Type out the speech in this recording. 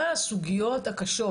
מה הסוגיות הקשות?